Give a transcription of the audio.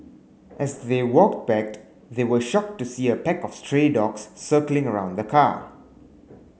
as they walked backed they were shocked to see a pack of stray dogs circling around the car